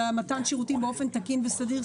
על מתן שירותים באופן תקין וסדיר,